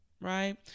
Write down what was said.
right